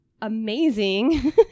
amazing